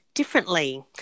differently